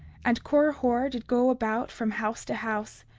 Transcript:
and korihor did go about from house to house,